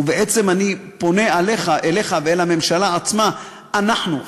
ובעצם אני פונה אליך ואל הממשלה עצמה: אנחנו,